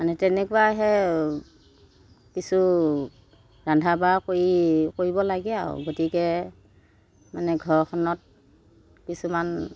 মানে তেনেকুৱা সেই কিছু ৰান্ধা বাঢ়া কৰি কৰিব লাগে আৰু গতিকে মানে ঘৰখনত কিছুমান